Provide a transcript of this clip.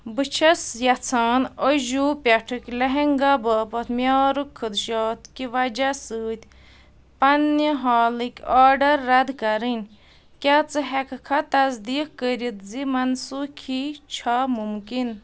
بہٕ چھَس یژھان أجوٗ پٮ۪ٹھٕکۍ لہنٛگا باپتھ معیارُک خدشات کہِ وجہ سۭتۍ پنٛنہِ حالٕکۍ آرڈر رَد کَرٕنۍ کیٛاہ ژٕ ہٮ۪کہٕ کھا تصدیٖق کٔرتھ زِ مَنسوٗخی چھےٚ مُمکِن